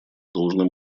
должным